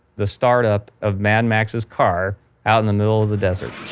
the startup of mad max's car out in the middle of the desert.